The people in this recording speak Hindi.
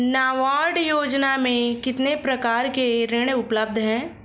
नाबार्ड योजना में कितने प्रकार के ऋण उपलब्ध हैं?